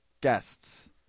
guests